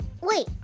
Wait